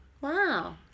Wow